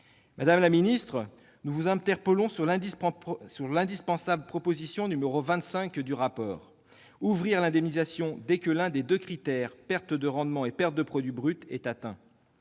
Madame la ministre, nous vous interpellons sur l'indispensable proposition n° 25 du rapport : ouvrir l'indemnisation dès que l'un des deux critères, perte de rendement ou perte de produit brut, est rempli.